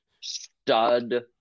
stud